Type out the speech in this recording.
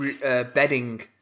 bedding